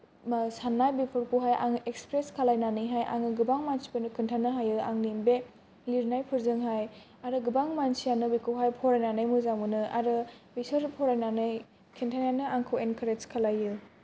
साननाय बेफोरखौहाय आङो एक्सप्रेस खालायनानैहाय आङो गोबां मानसिफोरनो खिन्थानो हायो आंनि बे लिरनायफोरजोंहाय आरो गोबां मानसियानो बेखौहाय फरायनानै मोजां मोनो आरो बिसोर फरायनानै खन्थानायानो आंखै एनकारेज खालायो